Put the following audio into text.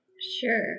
Sure